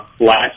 last